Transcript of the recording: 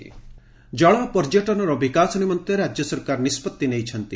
ଜଳ ପର୍ଯ୍ୟଟନ ଜଳ ପର୍ଯ୍ୟଟନର ବିକାଶ ନିମନ୍ତେ ରାକ୍ୟ ସରକାର ନିଷ୍ବଭି ନେଇଛନ୍ତି